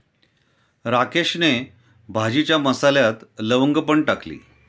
राकेशने भाजीच्या मसाल्यात लवंग पण टाकली